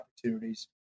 opportunities